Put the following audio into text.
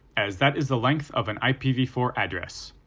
as that is the length of an i p v four address.